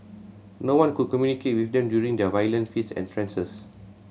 no one could communicate with them during their violent fits and Frances